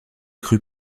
crues